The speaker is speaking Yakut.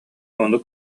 ону